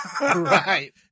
right